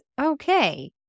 okay